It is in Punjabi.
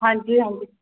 ਹਾਂਜੀ ਹਾਂਜੀ